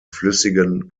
flüssigen